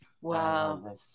wow